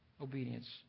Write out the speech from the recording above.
Obedience